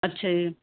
ਅੱਛਾ ਜੀ